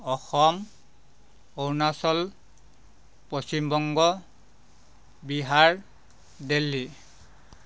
Assam Arunachal Paschimbanga Bihar Delhi